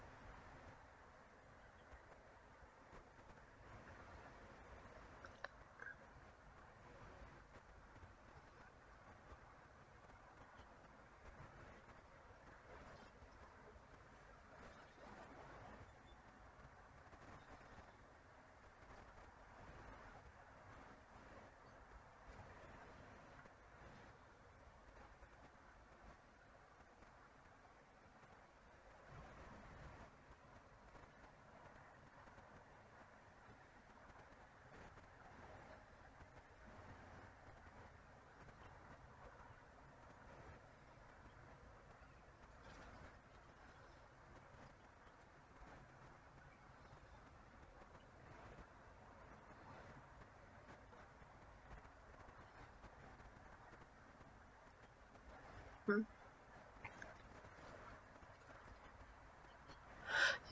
mm